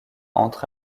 entre